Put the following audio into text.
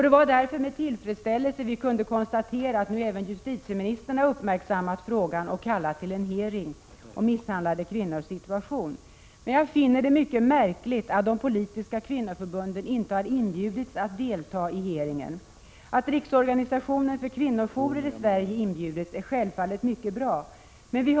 Det var därför med tillfredsställelse vi konstaterade att även justitieministern har uppmärksammat frågan och att han har kallat till en utfrågning om misshandlade kvinnors situation. Jag finner det dock mycket märkligt att de politiska kvinnoförbunden inte har inbjudits att delta i utfrågningen. Men det är självfallet mycket bra att representanter för Riksorganisationen för kvinnojourer i Sverige har inbjudits.